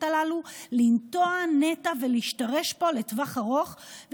הללו לנטוע נטע ולהשתרש פה לטווח ארוך,